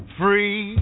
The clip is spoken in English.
free